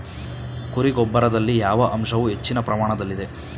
ಕುರಿ ಗೊಬ್ಬರದಲ್ಲಿ ಯಾವ ಅಂಶವು ಹೆಚ್ಚಿನ ಪ್ರಮಾಣದಲ್ಲಿದೆ?